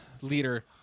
leader